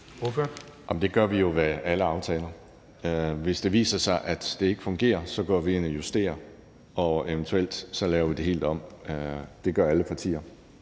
det gør vi jo med alle aftaler. Hvis det viser sig, at det ikke fungerer, så går vi ind og justerer, og eventuelt laver vi det helt om. Det gør alle partier,